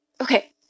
Okay